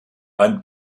beim